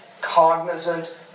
cognizant